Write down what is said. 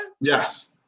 Yes